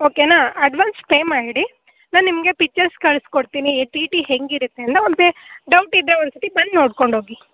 ಓಕೆನಾ advance pay ಮಾಡಿ ನಾ ನಿಮಗೆ ಪಿಚ್ಚರ್ಸ್ ಕಳಿಸ್ಕೊಡ್ತೀನಿ ಟಿ ಟಿ ಹೇಗಿರತ್ತೆ ಅಂತ ಡೌಟ್ ಇದ್ದರೆ ಒಂದು ಸರ್ತಿ ಬಂದು ನೋಡ್ಕೊಂಡು ಹೋಗಿ